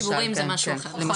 מקומות ציבוריים זה משהו אחר, נכון